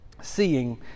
seeing